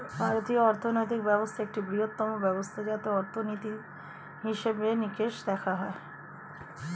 ভারতীয় অর্থনৈতিক ব্যবস্থা একটি বৃহত্তম ব্যবস্থা যাতে অর্থনীতির হিসেবে নিকেশ দেখা হয়